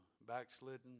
backslidden